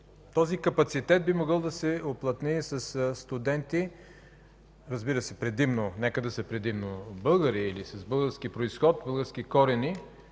Този капацитет би могъл да се уплътни със студенти, нека да са предимно българи или с български произход, български корени.